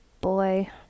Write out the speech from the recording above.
boy